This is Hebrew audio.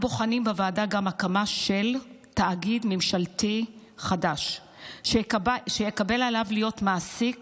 אני בוחנים בוועדה גם הקמה של תאגיד ממשלתי חדש שיקבל עליו להיות מעסיק